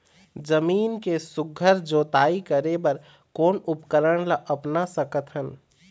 जमीन के सुघ्घर जोताई करे बर कोन उपकरण ला अपना सकथन?